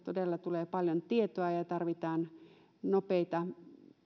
todella tulee paljon tietoa ja ja tarvitaan nopeita